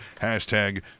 hashtag